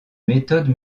méthode